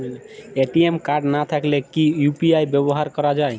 ATM card না থাকলে কি ইউ.পি.আই ব্যবহার করা য়ায়?